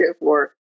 work